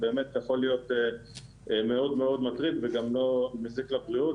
זה יכול להיות מאוד מטריד ומזיק לבריאות.